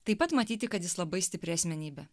taip pat matyti kad jis labai stipri asmenybė